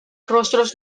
rostros